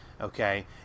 okay